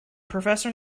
professor